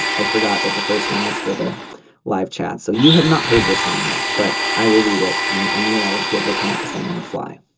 i forgot that the first one was for the live chat. so you have not heard this one yet but i will read it and and you and i will be able to come up with something on the fly.